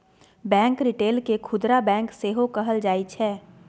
bank retail केँ खुदरा bank सेहो कहल जाइ छै